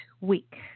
week